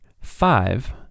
five